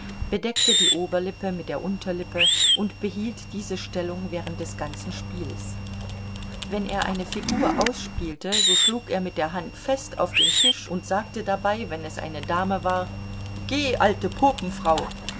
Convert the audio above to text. bedeckte die oberlippe mit der unterlippe und behielt diese stellung während des ganzen spiels wenn er eine figur ausspielte so schlug er mit der hand fest auf den tisch und sagte dabei wenn es eine dame war geh alte popenfrau